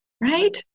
right